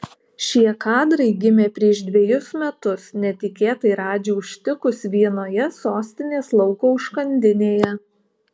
šie kadrai gimė prieš dvejus metus netikėtai radžį užtikus vienoje sostinės lauko užkandinėje